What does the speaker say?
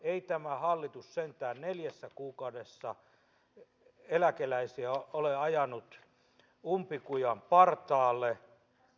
ei tämä hallitus sentään neljässä kuukaudessa eläkeläisiä ole ajanut umpikujan partaalle